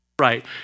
right